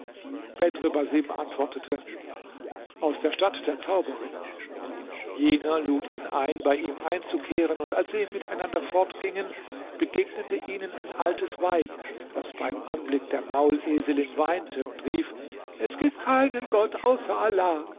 bedr basim antwortete aus der stadt der zauberin jener lud ihn ein bei ihm einzukehren und als sie miteinander fortgingen begegnete ihnen ein altes weib das beim anblick der mauleselin weinte und rief es gibt keinen gott außer allah